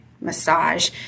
massage